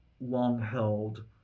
long-held